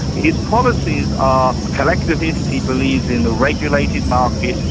his policies are collectivist, he believes in the regulated market,